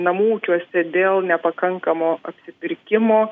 namų ūkiuose dėl nepakankamo apsipirkimo